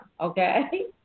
okay